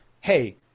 Hey